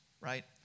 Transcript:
right